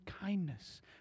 kindness